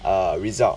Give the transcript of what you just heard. err result